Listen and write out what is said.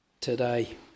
today